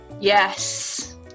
Yes